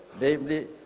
namely